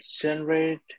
generate